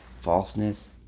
falseness